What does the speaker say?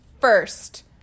first